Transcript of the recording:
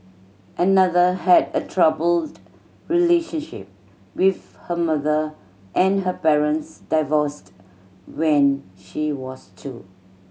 another had a troubled relationship with her mother and her parents divorced when she was two